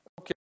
Okay